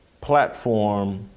platform